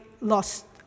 lost